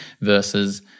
versus